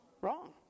wrong